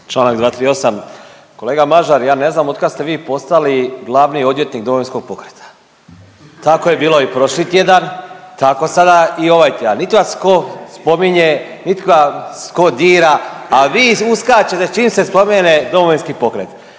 Članak 238. Kolega Mažar ja ne znam od kad ste vi postali glavni odvjetnik Domovinskog pokreta? Tako je bilo i prošli tjedan, tako sada i ovaj tjedan. Niti vas tko spominje, niti vas tko dira a vi uskačete čim se spomene Domovinski pokret.